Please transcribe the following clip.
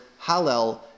Hallel